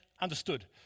understood